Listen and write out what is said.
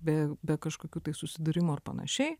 be be kažkokių tai susidūrimų ar panašiai